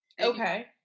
Okay